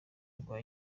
rwa